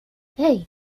hey